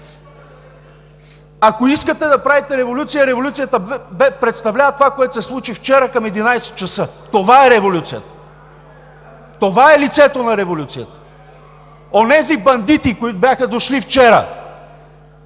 Ако искате да правите революция, революцията представлява това, което се случи вчера към 23,00 ч. Това е революцията, това е лицето на революцията! Онези бандити, които вчера